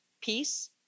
Peace